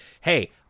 Hey